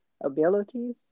abilities